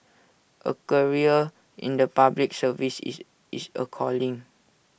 A career in the Public Service is is A calling